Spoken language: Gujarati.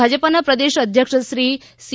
એમ ભાજપાના પ્રદેશ અધ્યક્ષ શ્રી સી